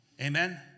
Amen